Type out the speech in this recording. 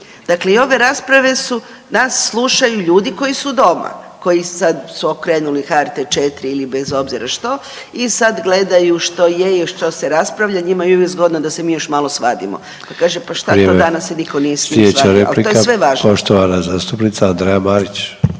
Dakle, i ove rasprave su, nas slušaju ljudi koji su doma, koji sad su okrenuli HRT 4 ili bez obzira što, i sad gledaju što je, što se raspravlja, njima je uvijek zgodno da se mi još malo svadimo. Kaže pa šta to danas se nitko nije svadio ali to je sve važno. **Sanader, Ante (HDZ)** Vrijeme. Slijedeća replika, poštovana zastupnica Andreja Marić.